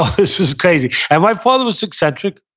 ah this is crazy. and my father was eccentric.